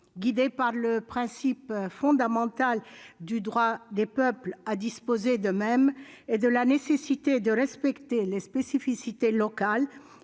Guidée par le principe fondamental du droit des peuples à disposer d'eux-mêmes et par la nécessité de respecter les spécificités locales,